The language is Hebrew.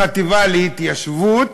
החטיבה להתיישבות,